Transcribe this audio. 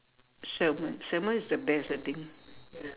salmon salmon is the best I think